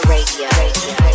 Radio